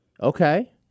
Okay